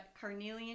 carnelian